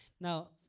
Now